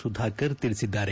ಸುಧಾಕರ್ ತಿಳಿಸಿದ್ದಾರೆ